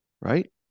right